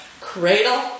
cradle